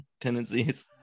tendencies